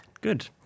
Good